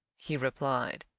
he replied,